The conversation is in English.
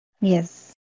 Yes